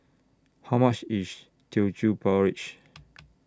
How much IS Teochew Porridge